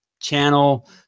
channel